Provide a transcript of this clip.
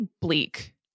bleak